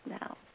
now